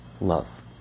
love